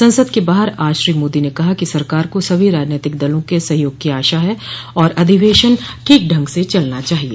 संसद के बाहर आज श्री मोदी ने कहा कि सरकार को सभी राजनीतिक दलों के सहयोग की आशा है और अधिवेशन ठीक ढंग से चलना चाहिए